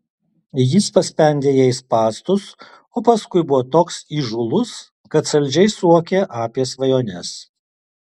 jis paspendė jai spąstus o paskui buvo toks įžūlus kad saldžiai suokė apie svajones